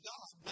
God